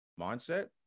mindset